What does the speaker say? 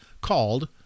called